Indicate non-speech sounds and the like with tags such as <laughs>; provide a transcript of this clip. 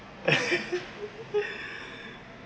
<laughs>